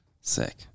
Sick